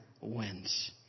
wins